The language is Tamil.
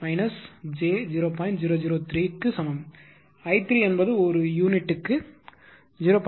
003 க்கு சமம் i3 என்பது ஒரு யூனிட்டுக்கு 0